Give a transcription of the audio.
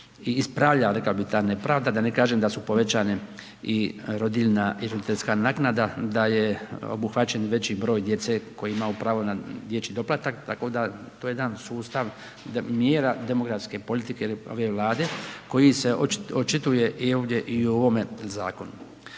i ispravlja rekao bih ta nepravda. Da ne kažem da su povećane i rodiljna i roditeljska naknada, da je obuhvaćen veći broj djece koji ima pravo na dječji doplatak. Tako da to je jedan sustav mjera demografske politike ove Vlade koji se očituje i ovdje i u ovome zakonu.